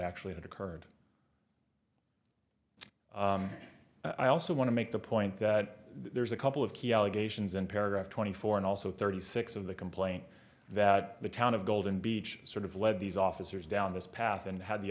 actually occurred i also want to make the point that there's a couple of key allegations in paragraph twenty four and also thirty six of the complaint that the town of golden beach sort of led these officers down this path and had the